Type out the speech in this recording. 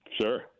Sure